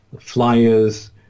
flyers